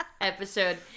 episode